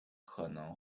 可能